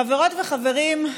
חברות וחברים,